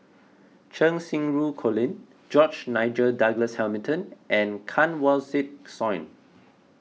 Cheng Xinru Colin George Nigel Douglas Hamilton and Kanwaljit Soin